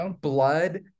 blood